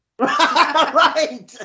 Right